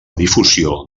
difusió